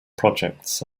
projects